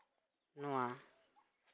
ᱱᱚᱣᱟ